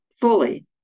fully